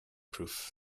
proof